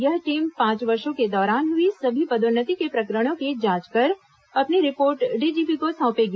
यह टीम पांच वर्षो के दौरान हुई सभी पदोन्नति के प्रकरणों की जांच कर अपनी रिपोर्ट डीजीपी को सौंपेगी